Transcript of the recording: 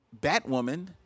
Batwoman